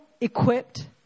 equipped